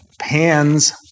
Pan's